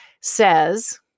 says